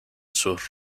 sus